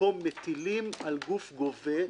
שמטילים על גוף גובה,